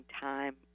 time